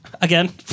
Again